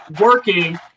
working